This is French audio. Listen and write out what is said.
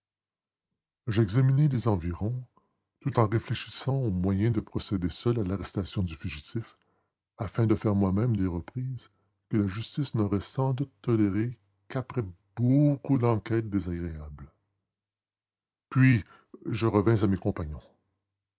j'examinai les environs tout en réfléchissant aux moyens de procéder seul à l'arrestation du fugitif afin de faire moi-même des reprises que la justice n'aurait sans doute tolérées qu'après beaucoup d'enquêtes désagréables puis je revins à mes compagnons